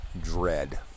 dread